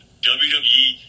WWE